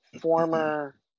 former